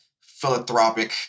philanthropic